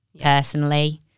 personally